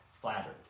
flattered